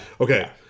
Okay